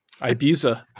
Ibiza